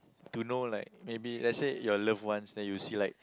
don't know like maybe let's say your loved ones then you see like